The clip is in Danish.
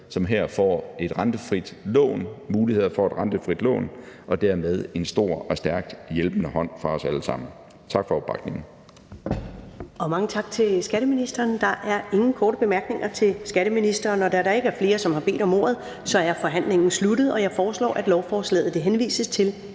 som her får muligheder for at tage et rentefrit lån og dermed bliver givet en stor og stærk hjælpende hånd fra os alle sammen. Tak for opbakningen.